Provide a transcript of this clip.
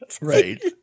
Right